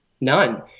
None